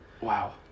Wow